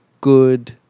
good